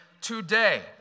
today